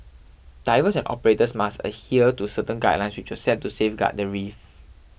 divers and operators must adhere to certain guidelines which were set to safeguard the reef